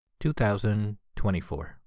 2024